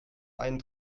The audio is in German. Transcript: einen